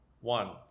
one